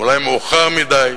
אולי מאוחר מדי,